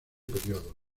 periodo